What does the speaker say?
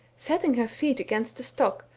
setting her feet against the stock,